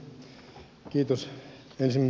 arvoisa puhemies